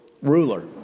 ruler